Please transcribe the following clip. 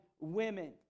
women